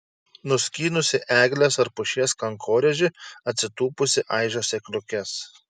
nuskynusi eglės ar pušies kankorėžį atsitūpusi aižo sėkliukes